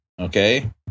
okay